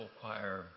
Choir